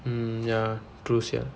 mm ya true sia